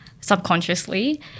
subconsciously